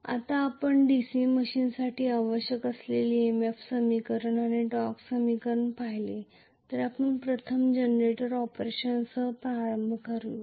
आता आपण DC मशीनसाठी आवश्यक असलेले EMF समीकरण आणि टॉर्क समीकरण पाहिले आहे तर आपण प्रथम जनरेटर ऑपरेशनसह प्रारंभ करूया